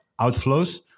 outflows